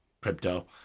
crypto